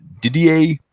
Didier